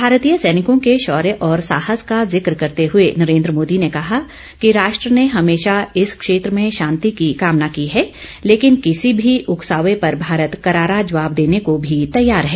भारतीय सैनिकों के शौर्य और साहस का जिक्रकरते हुए नरेन्द्र मोदी ने कहा कि राष्ट्र ने हमेशा इस क्षेत्र में शांति की कामना की है लेकिन किसी भी उकसावे पर भारत करारा जवाब देने को भी तैयार है